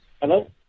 Hello